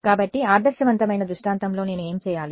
కాబట్టి ఆదర్శవంతమైన దృష్టాంతంలో నేను ఏమి చేయాలి